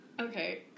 Okay